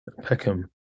Peckham